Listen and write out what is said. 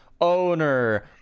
owner